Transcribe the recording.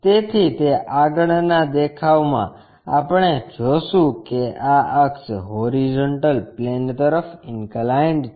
તેથી તે આગળના દેખાવમાં આપણે જોશું કે આ અક્ષ હોરીઝોન્ટલ પ્લેન તરફ ઇન્કલાઇન્ડ છે